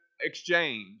exchange